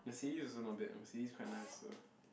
Mercedes also not bad Mercedes quite nice also